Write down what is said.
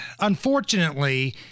unfortunately